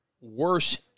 worse